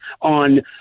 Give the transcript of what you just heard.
on